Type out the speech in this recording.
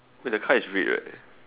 wait the car is red right